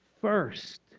first